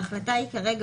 ההחלטה כרגע,